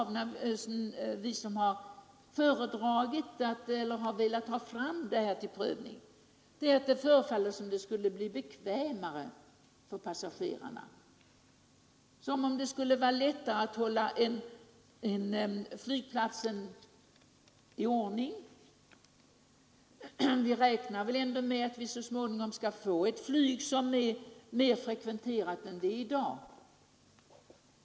Vi som har velat ha fram rundahusalternativet till prövning har slagits av att det förefaller som om det skulle bli bekvämare för passagerarna, som om det skulle göra det lättare att hålla flygplatsen i ordning. Vi räknar väl ändå med att så småningom få ett flyg som är mer frekventerat än det är i dag.